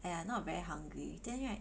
!aiya! not very hungry then right